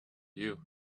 you